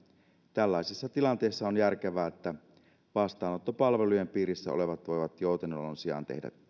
tällaisissa tilanteissa on järkevää että vastaanottopalvelujen piirissä olevat voivat joutenolon sijaan tehdä